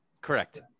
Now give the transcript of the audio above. Correct